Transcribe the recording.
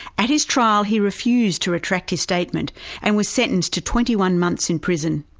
at his trial he refused to retract his statement and was sentenced to twenty one months in prison.